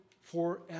forever